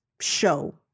show